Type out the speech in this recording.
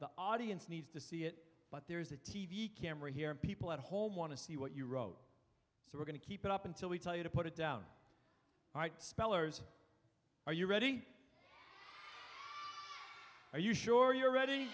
the audience needs to see it but there's a t v camera here and people at home want to see what you wrote so we're going to keep it up until we tell you to put it down right spellers are you ready are you sure you're ready